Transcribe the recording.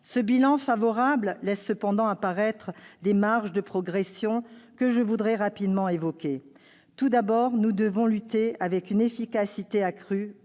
Ce bilan favorable laisse cependant apparaître des marges de progression que je voudrais rapidement évoquer. Tout d'abord, nous devons lutter avec une efficacité accrue